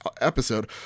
episode